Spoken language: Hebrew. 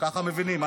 ככה מבינים.